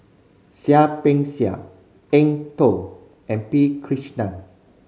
Seah Peck Seah Eng Tow and P Krishnan